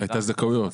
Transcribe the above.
את הזכאויות.